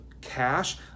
cash